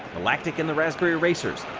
galactic, and the raspberry racers.